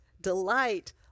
delight